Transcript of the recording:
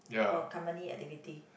for a company activity